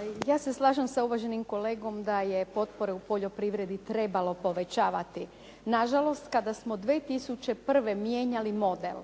(Nezavisni)** Ja se slažem sa uvaženim kolegom da je potpore u poljoprivredi trebalo povećavati. Na žalost kada smo 2001. mijenjali model